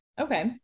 Okay